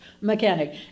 mechanic